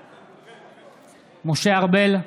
בעד משה ארבל,